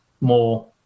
more